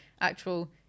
actual